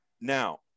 now